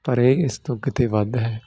ਪਰ ਇਹ ਇਸ ਤੋਂ ਕਿਤੇ ਵੱਧ ਹੈ